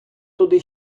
туди